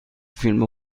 فیلم